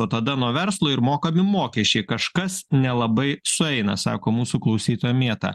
o tada nuo verslo ir mokami mokesčiai kažkas nelabai sueina sako mūsų klausytoja mėta